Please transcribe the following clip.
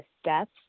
steps